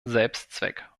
selbstzweck